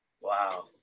Wow